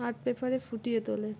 art পেপারে ফুটিয়ে তোলে